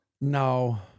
No